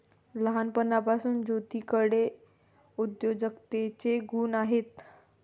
लहानपणापासून ज्योतीकडे उद्योजकतेचे गुण आहेत